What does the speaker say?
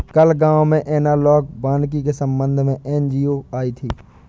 कल गांव में एनालॉग वानिकी के संबंध में एन.जी.ओ आई थी